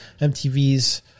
MTV's